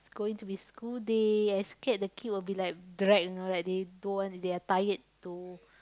it's going to be school day I scared the queue will be like drag you know like they don't want they are tired to